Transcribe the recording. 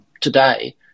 today